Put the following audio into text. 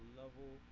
level